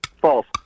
False